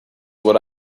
what